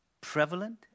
prevalent